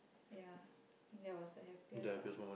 ya think that was the happiest ah